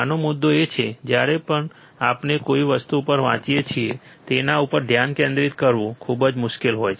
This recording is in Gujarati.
આનો મુદ્દો એ છે કે જ્યારે પણ આપણે કોઈ વસ્તુ ઉપર વાંચીએ છીએ તેના ઉપર ધ્યાન કેન્દ્રિત કરવું ખૂબ જ મુશ્કેલ હોય છે